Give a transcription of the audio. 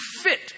fit